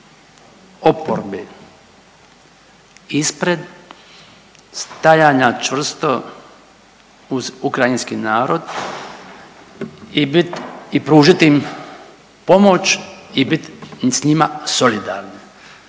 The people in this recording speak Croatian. oporbi ispred stajanja čvrsto uz ukrajinski narod i bit i pružit im pomoć i bit s njim solidarni.